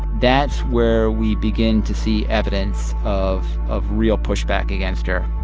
that's where we begin to see evidence of of real pushback against her.